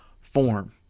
form